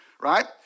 right